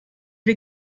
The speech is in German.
wir